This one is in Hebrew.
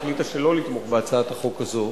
החליטה שלא לתמוך בהצעת החוק הזאת,